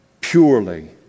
purely